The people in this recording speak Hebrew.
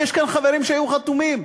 ויש כאן חברים שהיו חתומים.